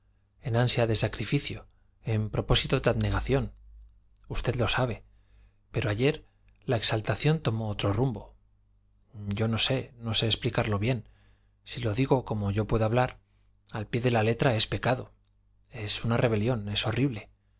en ansia de sacrificio en propósitos de abnegación usted lo sabe pero ayer la exaltación tomó otro rumbo yo no sé no sé explicarlo bien si lo digo como yo puedo hablar al pie de la letra es pecado es una rebelión es horrible